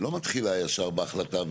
מה שיושב ראש הוועדה הוסיף והציע,